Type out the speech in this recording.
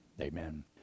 amen